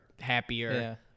happier